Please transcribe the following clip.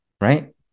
right